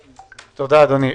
תודה, אדוני.